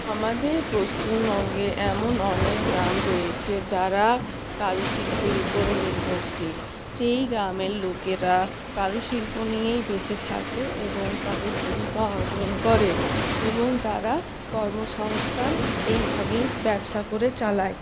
আমাদের পশ্চিমবঙ্গে এমন অনেক গ্রাম রয়েছে যারা কারুশিল্পের ওপরে নির্ভরশীল সেই গ্রামের লোকেরা কারুশিল্প নিয়েই বেঁচে থাকে এবং তাদের জীবিকা অর্জন করে এবং তারা কর্মসংস্থান এইভাবেই ব্যবসা করে চালায়